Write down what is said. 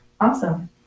Awesome